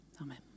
amen